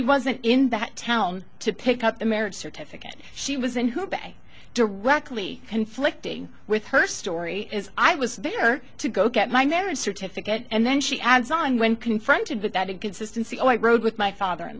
wasn't in that town to pick up the marriage certificate she was in her back directly conflicting with her story is i was there to go get my marriage certificate and then she adds on when confronted with that inconsistency i rode with my father in